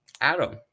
Adam